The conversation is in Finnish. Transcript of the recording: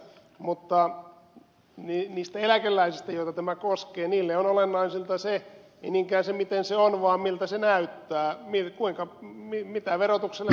mutta niistä eläkeläisistä joita tämä koskee on olennaisinta ei niinkään se miten se on vaan miltä se näyttää mitä verotukselle tapahtuu